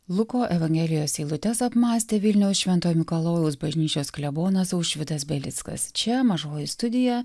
luko evangelijos eilutes apmąstė vilniaus švento mikalojaus bažnyčios klebonas aušvydas belickas čia mažoji studija